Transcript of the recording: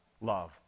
love